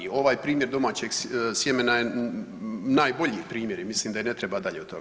Ovaj primjer domaćeg sjemena je najbolji primjer i mislim da i ne treba dalje od toga.